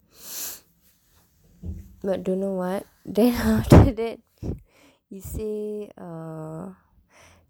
but don't know what then after that he say err